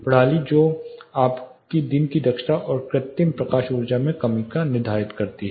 प्रणाली जो आपकी दिन की दक्षता और कृत्रिम प्रकाश ऊर्जा में कमी को निर्धारित करती है